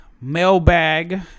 Mailbag